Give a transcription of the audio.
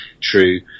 true